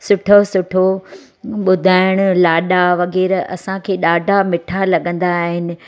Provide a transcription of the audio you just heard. सुठो सुठो ॿुधाइण लाॾा वग़ैरह असांखे ॾाढा मिठा लॻंदा आहिनि